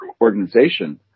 organization